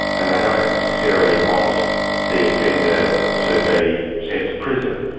and they don't necessarily want the offender to be sent to prison.